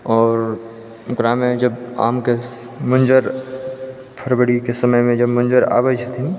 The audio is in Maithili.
आओर ओकरामे जब आमके मञ्जर फरवरीके समयमे जब मञ्जर आबै छथिन